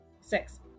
Six